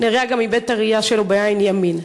נריה גם איבד את הראייה שלו בעין ימין.